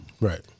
right